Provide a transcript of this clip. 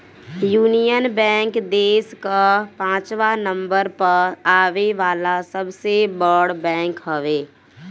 union bank देस कअ पाचवा नंबर पअ आवे वाला सबसे बड़ बैंक हवे